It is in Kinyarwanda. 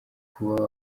kuba